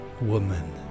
Woman